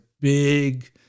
big